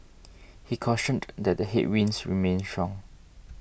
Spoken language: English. he cautioned that the headwinds remain strong